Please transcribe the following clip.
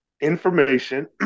Information